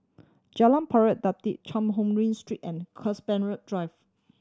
Jalan Pari Dedap Cheang Hong Lim Street and Compassvale Drive